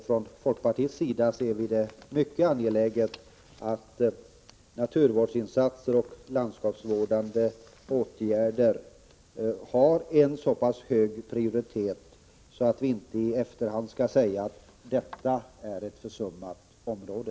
Från folkpartiets sida ser vi det som mycket angeläget att naturvårdsinsatser och landskapsvårdande åtgärder får så hög prioritet att vi inte i efterhand skall behöva säga att detta är ett försummat område.